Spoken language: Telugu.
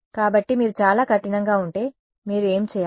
కాబట్టి మీరు చాలా కఠినంగా ఉంటే మీరు ఏమి చేయాలి